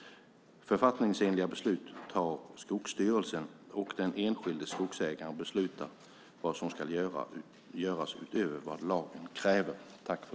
Författningsenliga beslut tar Skogsstyrelsen. Den enskilde skogsägaren beslutar vad som ska göras utöver vad lagen kräver.